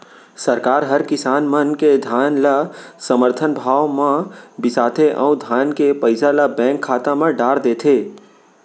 सरकार हर किसान मन के धान ल समरथन भाव म बिसाथे अउ धान के पइसा ल बेंक खाता म डार देथे